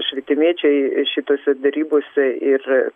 švietimėčiai šitose derybose ir